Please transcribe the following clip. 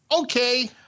Okay